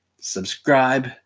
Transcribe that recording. subscribe